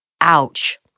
Ouch